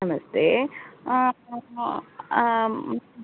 नमस्ते आम्